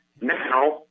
now